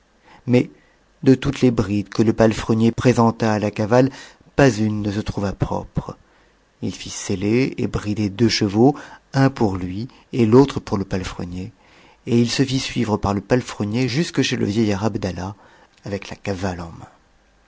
mais de toutes les des que te palefrenier présenta à la cavale pas une ne se trouva p pre t fit seller et brider deux chevaux un pour lui et l'autre pour s palefrenier et il se fit suivre par le palefrenier jusque chez le vieil t abdallah avec la cavale